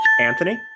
Anthony